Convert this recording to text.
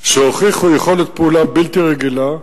שהוכיחו יכולת פעולה בלתי רגילה,